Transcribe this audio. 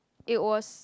it was